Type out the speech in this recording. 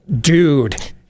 dude